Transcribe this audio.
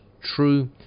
true